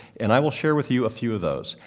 and i will share with you a few of those.